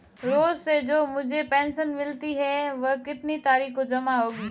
रोज़ से जो मुझे पेंशन मिलती है वह कितनी तारीख को जमा होगी?